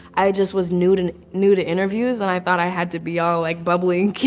i just was new to and new to interviews and i thought i had to be all like bubbly and